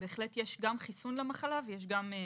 יש גם חיסון למחלה ויש גם תרופות.